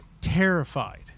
terrified